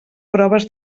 proves